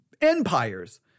empires